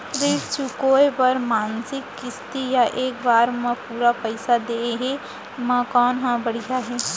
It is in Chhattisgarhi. ऋण चुकोय बर मासिक किस्ती या एक बार म पूरा पइसा देहे म कोन ह बढ़िया हे?